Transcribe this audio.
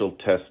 test